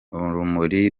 urumuri